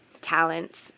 talents